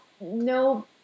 no